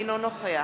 אינו נוכח